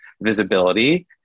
visibility